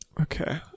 okay